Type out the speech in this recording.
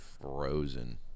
frozen